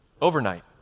overnight